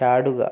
ചാടുക